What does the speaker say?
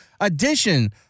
edition